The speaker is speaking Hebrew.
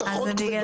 מתכות כבדות